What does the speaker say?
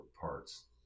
parts